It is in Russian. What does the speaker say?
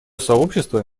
сообщество